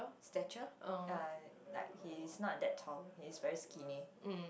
stature uh like he is not that tall he is very skinny